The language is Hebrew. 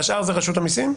והשאר הם רשות המיסים.